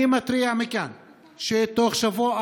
אני מתריע מכאן שתוך שבוע,